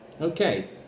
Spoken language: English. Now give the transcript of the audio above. Okay